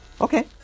Okay